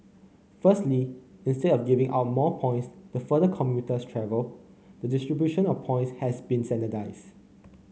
firstly instead of giving out more points the further commuters travel the distribution of points has been standardized